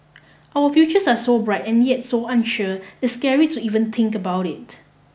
our futures are so bright and yet so unsure it's scary to even think about it